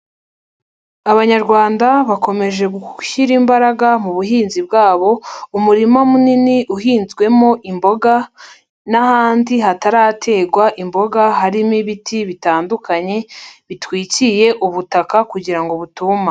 Abanyarwanda bakomeje gushyira imbaraga mu buhinzi bwabo, umurima munini uhinzwemo imboga n'ahandi hatarategwa imboga harimo ibiti bitandukanye, bitwikiye ubutaka kugira ngo butuma.